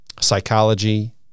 psychology